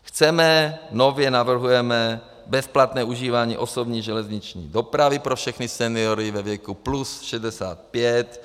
Chceme, nově navrhujeme bezplatné užívání osobní železniční dopravy pro všechny seniory ve věku plus 65.